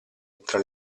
tra